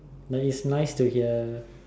it's nice to hear